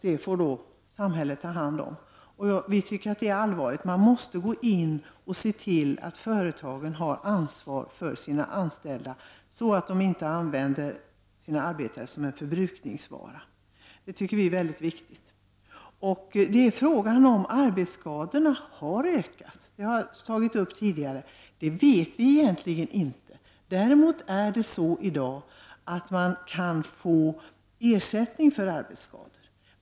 Det får samhället ta hand om, och det är allvarligt. Man måste se till att företagen har ansvar för sina anställda, så att de inte använder sina arbetare som en förbrukningsvara. Det är mycket viktigt. Vi vet egentligen inte om arbetsskadorna har ökat.